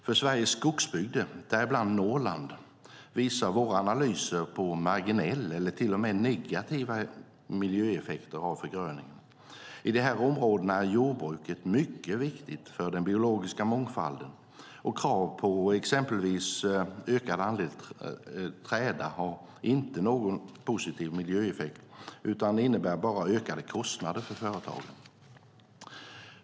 För Sveriges skogsbygder, däribland Norrland, visade våra analyser på marginella eller till och med negativa miljöeffekter av förgröningen. I dessa områden är jordbruket mycket viktigt för den biologiska mångfalden, och krav på exempelvis ökad andel träda har ingen positiv miljöeffekt utan innebär bara ökade kostnader för företagen.